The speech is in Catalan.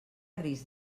risc